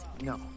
No